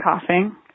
coughing